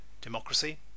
democracy